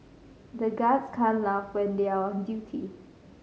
the guards can't laugh when they are on duty